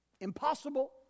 Impossible